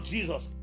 Jesus